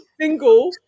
single